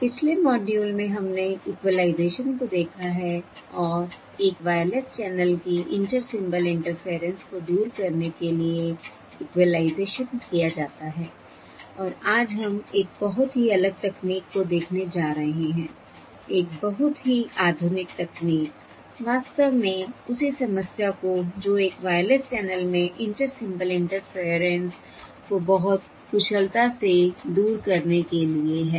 पिछले मॉड्यूल्स में हमने इक्वलाइज़ेशन को देखा है और एक वायरलेस चैनल की इंटर सिंबल इंटरफेयरेंस को दूर करने के लिए इक्वलाइज़ेशन किया जाता है और आज हम एक बहुत ही अलग तकनीक को देखने जा रहे हैं एक बहुत ही आधुनिक तकनीक वास्तव में उसी समस्या को जो एक वायरलेस चैनल में इंटर सिंबल इंटरफेयरेंस को बहुत कुशलता से दूर करने के लिए है